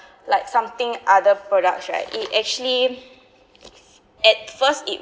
like something other products right it actually at first it